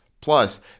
Plus